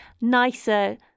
nicer